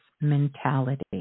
mentality